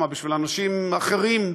אנשים אחרים.